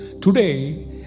Today